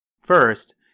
First